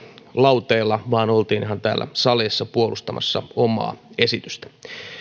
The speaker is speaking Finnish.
lauteilla vaan oltiin ihan täällä salissa puolustamassa omaa esitystä